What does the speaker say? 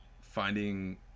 finding